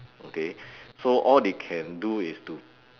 okay so all they can do is to